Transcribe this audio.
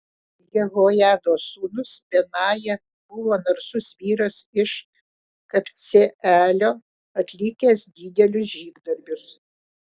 jehojados sūnus benaja buvo narsus vyras iš kabceelio atlikęs didelius žygdarbius